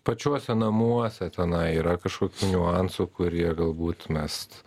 pačiuose namuose tenai yra kažkokių niuansų kurie galbūt mes